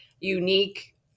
unique